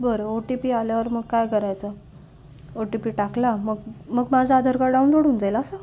बरं O T P आल्यावर मग काय करायचं ओ टी पी टाकला मग मग माझं आधार कार्ड डाउनलोड होऊन जाईल असं